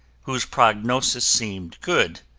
whose prognosis seemed good